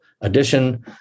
addition